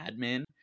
admin